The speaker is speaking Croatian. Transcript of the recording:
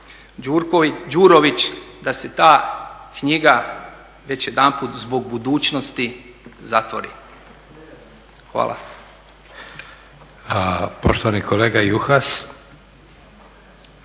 gospodin Đurović da se ta knjiga već jedanput zbog budućnosti zatvori. Hvala. **Leko, Josip